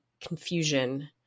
confusion